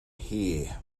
here